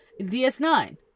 ds9